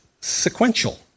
sequential